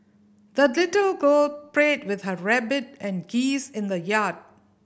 the little girl played with her rabbit and geese in the yard